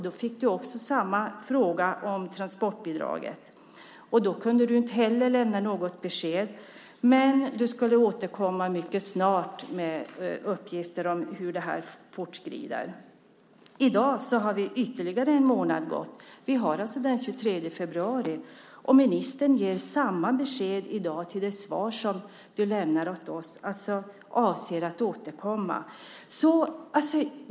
Då fick du också samma fråga om transportbidraget. Du kunde inte heller lämna något besked, men du skulle återkomma mycket snart med uppgifter om hur detta fortskrider. I dag har ytterligare en månad gått. Det är den 23 februari och ministern ger samma besked i dag i svaret till oss, alltså att hon avser att återkomma.